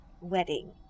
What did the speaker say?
wedding